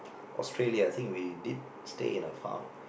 Australia I think we did stay in a farm